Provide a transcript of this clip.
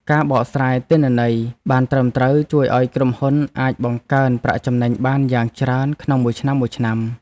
ការបកស្រាយទិន្នន័យបានត្រឹមត្រូវជួយឱ្យក្រុមហ៊ុនអាចបង្កើនប្រាក់ចំណេញបានយ៉ាងច្រើនក្នុងមួយឆ្នាំៗ។